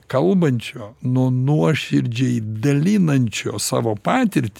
kalbančio nuo nuoširdžiai dalinančio savo patirt